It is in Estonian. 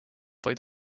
vaid